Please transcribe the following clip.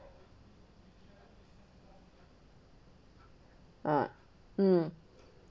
ah mm